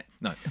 No